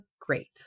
great